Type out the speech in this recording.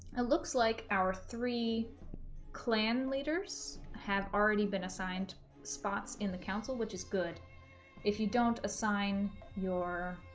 it looks like our three clan leaders have already been assigned spots in the council which is good if you don't assign your